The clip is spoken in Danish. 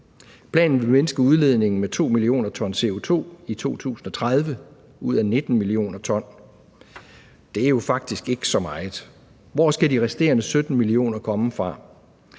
Planen vil mindske udledningen med 2 mio. t CO2 i 2030 ud af 19 mio. t. Det er jo faktisk ikke så meget. Hvor skal de resterende 17 mio. t komme fra?